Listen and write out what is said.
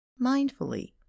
mindfully